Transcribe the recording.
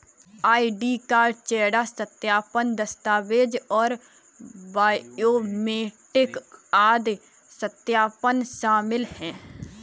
ID card, चेहरा सत्यापन, दस्तावेज़ और बायोमेट्रिक आदि सत्यापन शामिल हैं